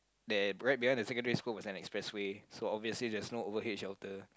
there right behind the secondary school was an expressway so obviously there is no overhead shelter